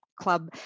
club